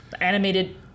animated